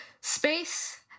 space